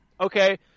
okay